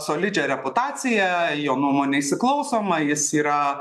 solidžią reputaciją į jo nuomonę įsiklausoma jis yra